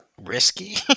risky